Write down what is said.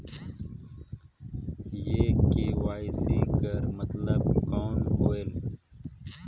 ये के.वाई.सी कर मतलब कौन होएल?